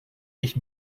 dich